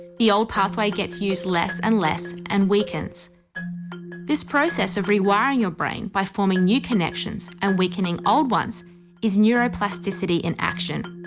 the old pathway gets used less and less and weakens this process of rewiring your brain by forming new connections and weakening old ones is neuroplasticity in action